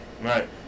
right